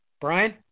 Brian